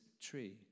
tree